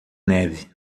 neve